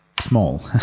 small